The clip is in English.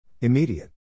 Immediate